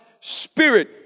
spirit